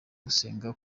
gusengera